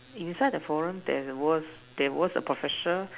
inside the forum there was there was a professor